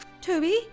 Toby